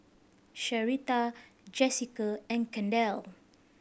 Sherita Jessica and Kendall